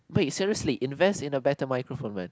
wait seriously invest in a better microphone man